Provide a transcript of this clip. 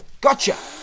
gotcha